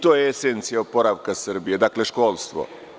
To je esencija oporavke Srbije, školstvo.